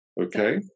okay